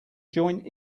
joint